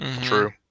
True